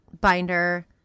binder